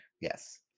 Yes